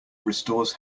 restores